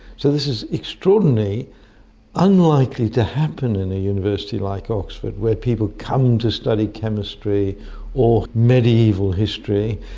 so this is extraordinarily unlikely to happen in a university like oxford where people come to study chemistry or medieval history,